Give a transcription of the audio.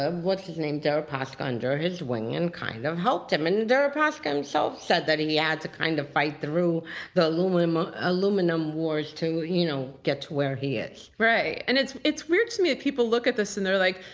ah what's his name deripaska under his wing and kind of helped him, and deripaska himself said that he had to kind of fight through the aluminum aluminum wars to you know get to where he is. right, and it's it's weird to me that people look at this and they're like,